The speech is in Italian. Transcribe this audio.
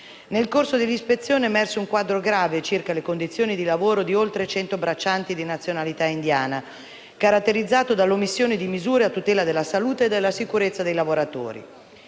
Nel corso dell'ispezione è emerso un quadro grave circa le condizioni di lavoro di oltre cento braccianti di nazionalità indiana, caratterizzato dall'omissione di misure a tutela della salute e della sicurezza dei lavoratori.